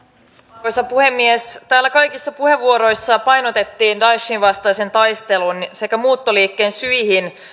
arvoisa puhemies täällä kaikissa puheenvuoroissa painotettiin daeshin vastaisen taistelun sekä muuttoliikkeen syihin